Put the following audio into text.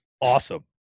awesome